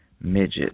Midget